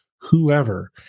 whoever